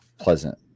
Pleasant